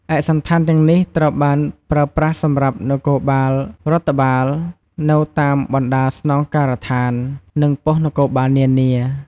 ឯកសណ្ឋានទាំងនេះត្រូវបានប្រើប្រាស់សម្រាប់នគរបាលរដ្ឋបាល នៅតាមបណ្តាស្នងការដ្ឋាន និងប៉ុស្តិ៍នគរបាលនានា។